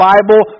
Bible